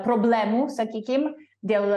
problemų sakykim dėl